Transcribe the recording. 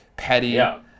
Petty